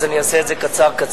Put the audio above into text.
אז אני אעשה את זה קצר קצר.